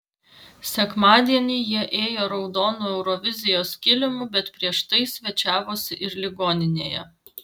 sekmadienį jie ėjo raudonu eurovizijos kilimu bet prieš tai svečiavosi ir ligoninėje